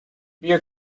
beer